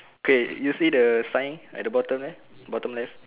okay you see the sign at the bottom there bottom left